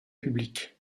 publics